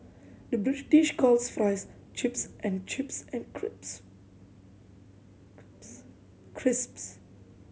the British calls fries chips and chips and crisps